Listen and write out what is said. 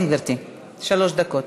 כן, גברתי, שלוש דקות.